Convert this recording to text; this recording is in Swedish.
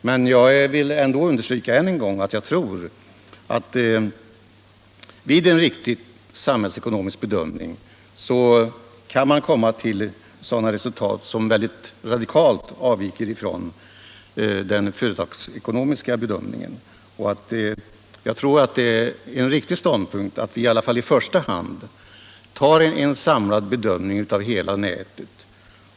Men jag vill ändå understryka än en gång att jag tror att man vid en riktig samhällsekonomisk bedömning kan komma till resultat som radikalt avviker från den företagsekonomiska bedömningen. Det är en riktig ståndpunkt, tror jag, att vi i första hand gör en samlad bedömning av hela nätet.